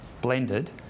blended